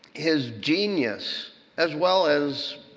his genius as well as,